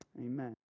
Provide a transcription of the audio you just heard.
Amen